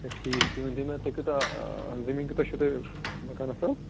اچھا ٹھیٖک تُہۍ ؤنۍتو مےٚ تُہۍ کوٗتاہ زٔمیٖن کوٗتاہ چھُو تُہۍ مَکانَس حظ